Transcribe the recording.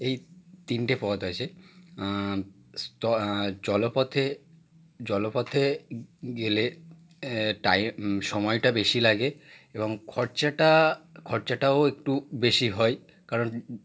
এই তিনটে পথ আছে স্ত জলপথে জলপথে গেলে টাইম সময়টা বেশি লাগে এবং খরচাটা খরচাটাও একটু বেশি হয় কারণ